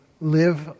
live